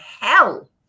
hell